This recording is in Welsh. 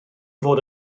fod